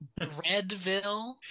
Redville